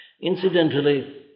Incidentally